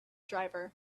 driver